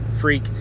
freak